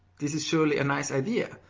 this is surely a nice idea,